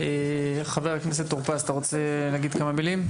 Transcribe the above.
חבר הכנסת טור פז אתה רוצה להגיד כמה מילים?